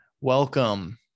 Welcome